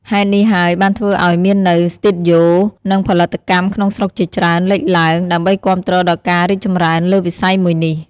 ហេតុនេះហើយបានធ្វើអោយមាននូវ ស្ទូឌីយោ និងផលិតកម្មក្នុងស្រុកជាច្រើនលេចឡើង ដើម្បីគាំទ្រដល់ការរីកចម្រើនលើវិស័យមួយនេះ។